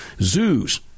zoos